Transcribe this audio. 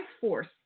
force